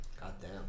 Goddamn